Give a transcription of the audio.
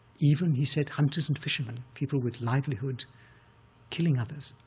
even, he said, hunters and fishermen, people with livelihood killing others,